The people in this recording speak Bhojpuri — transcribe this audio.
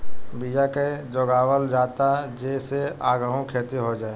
बिया के जोगावल जाता जे से आगहु खेती हो जाए